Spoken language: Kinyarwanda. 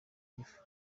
gifu